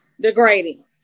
degrading